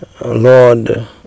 Lord